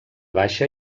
baixa